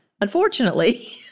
Unfortunately